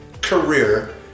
career